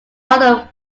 other